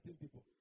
people